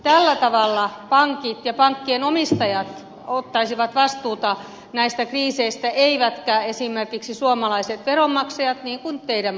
tällä tavalla pankit ja pankkien omistajat ottaisivat vastuuta näistä kriiseistä eivätkä esimerkiksi suomalaiset veronmaksajat niin kuin teidän mallissanne